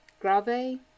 Grave